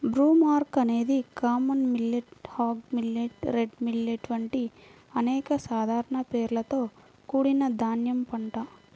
broomcorn అనేది common millet, hog millet, red millet వంటి అనేక సాధారణ పేర్లతో కూడిన ధాన్యం పంట